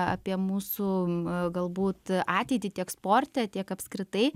apie mūsų galbūt ateity tiek sporte tiek apskritai